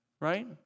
right